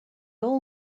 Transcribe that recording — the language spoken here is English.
all